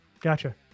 gotcha